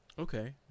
okay